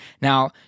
Now